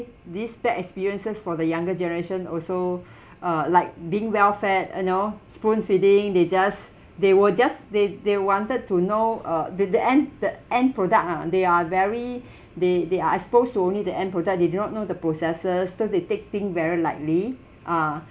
these bad experiences for the younger generation also uh like being well fed you know spoon feeding they just they were just they they wanted to know uh the the end the end product ah they are very they they are exposed to only the end product they do not know the processes so they take thing very lightly ah